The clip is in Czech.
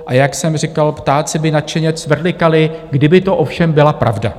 A jak jsem říkal, ptáci by nadšeně cvrlikali, kdyby to ovšem byla pravda.